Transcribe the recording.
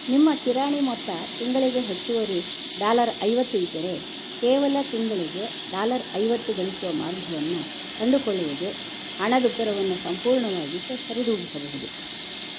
ನಿಮ್ಮ ಕಿರಾಣಿ ಮೊತ್ತ ತಿಂಗಳಿಗೆ ಹೆಚ್ಚುವರಿ ಡಾಲರ್ ಐವತ್ತು ಇದ್ದರೆ ಕೇವಲ ತಿಂಗಳಿಗೆ ಡಾಲರ್ ಐವತ್ತು ಗಳಿಸುವ ಮಾರ್ಗವನ್ನು ಕಂಡುಕೊಳ್ಳುವುದು ಹಣದುಬ್ಬರವನ್ನು ಸಂಪೂರ್ಣವಾಗಿ ಸರಿದೂಗಿಸಬಹುದು